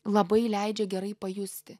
labai leidžia gerai pajusti